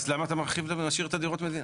אז למה אתה מרחיב את זה ומשאיר את דירות המדינה?